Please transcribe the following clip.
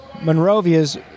Monrovia's